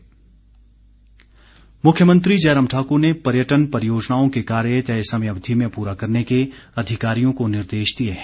मुख्यमंत्री मुख्यमंत्री जयराम ठाकुर ने पर्यटन परियोजनाओं के कार्य तय समय अवधि में पूरा करने के अधिकारियों को निर्देश दिए हैं